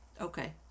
Okay